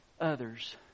others